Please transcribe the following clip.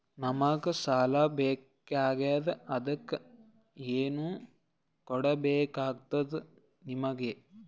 ನಮಗ ಸಾಲ ಬೇಕಾಗ್ಯದ ಅದಕ್ಕ ಏನು ಕೊಡಬೇಕಾಗ್ತದ ನಿಮಗೆ?